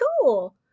cool